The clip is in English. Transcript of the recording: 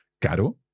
Caro